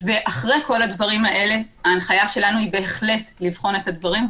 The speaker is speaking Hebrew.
אחרי כל הדברים האלה ההנחיה שלנו היא בהחלט לבחון את הדברים,